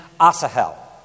Asahel